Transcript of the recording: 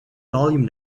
volume